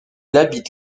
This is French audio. habite